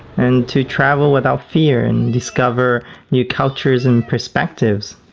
and to travel without fear and discover new cultures and prospective.